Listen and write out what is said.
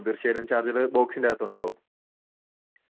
മ്മ് അതായിരിക്കും നല്ലത്